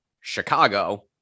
Chicago